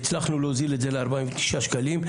והצלחנו להוזיל את זה לארבעים ותשעה שקלים.